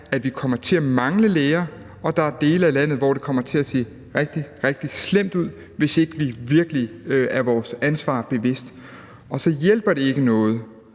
at vi kommer til at mangle læger, og at der er dele af landet, hvor det kommer til at se rigtig, rigtig slemt ud, hvis ikke vi virkelig er os vores ansvar bevidst. Og så hjælper det ikke noget